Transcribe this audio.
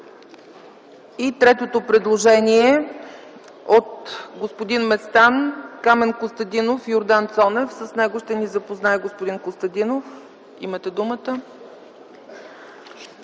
И третото предложение е от господин Местан, Камен Костадинов и Йордан Цонев. С него ще ни запознае господин Костадинов. Имате думата.